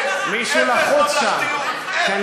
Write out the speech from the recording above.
מישהו לחוץ שם, אפס בממלכתיות.